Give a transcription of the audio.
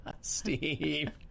steve